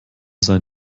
sein